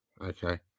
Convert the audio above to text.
okay